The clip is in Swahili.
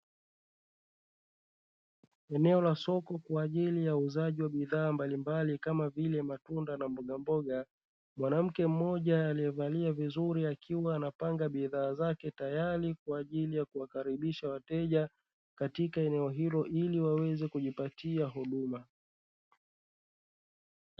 Eneo la soko kwa ajili ya uuzaji wa bidhaa mbalimbali kama vile matunda na mbogamboga. Mwanamke mmoja aliyevalia vizuri akiwa anapanga bidhaa zake, tayari kwa ajili ya kuwakaribisha wateja katika eneo hilo, ili waweze kujipatia huduma.